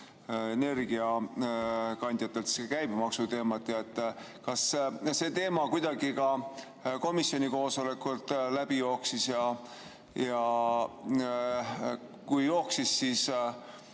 Energiakandjate käibemaksu teema. Kas see teema kuidagi ka komisjoni koosolekult läbi jooksis ja kui jooksis, siis